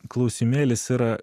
klausimėlis yra